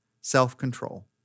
self-control